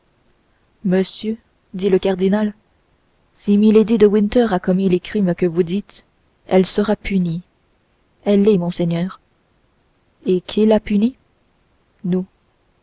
monsieur dit le cardinal si milady de winter a commis les crimes que vous dites elle sera punie elle l'est monseigneur et qui l'a punie